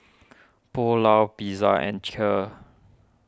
Pulao Pizza and Kheer